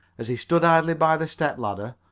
as he stood idly by the step-ladder,